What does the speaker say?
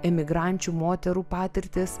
emigrančių moterų patirtis